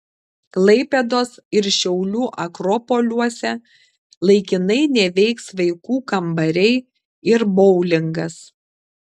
klaipėdos ir šiaulių akropoliuose laikinai neveiks vaikų kambariai ir boulingas